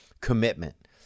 commitment